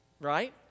right